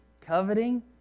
coveting